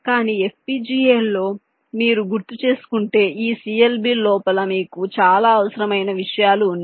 కానీ FPGA లో మీరు గుర్తుచేసుకుంటే ఈ CLB ల లోపల మీకు చాలా అనవసరమైన విషయాలు ఉన్నాయి